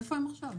איפה הם עכשיו?